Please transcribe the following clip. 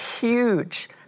huge